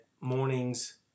mornings